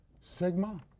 sigma